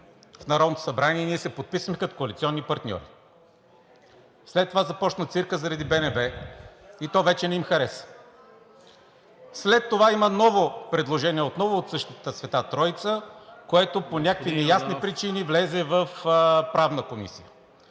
в Народното събрание, и ние се подписваме като коалиционни партньори. След това започна циркът заради БНБ, и то вече не им хареса. След това има ново предложение – отново от същата света троица, което по някакви неясни причини влезе в Правната комисия.